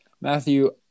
Matthew